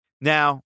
Now